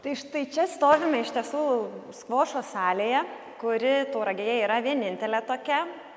tai štai čia stovime iš tiesų skvošo salėje kuri tauragėje yra vienintelė tokia